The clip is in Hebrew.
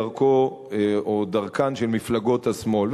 מדרכו או דרכן, של מפלגות השמאל.